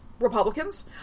Republicans